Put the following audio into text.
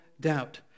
doubt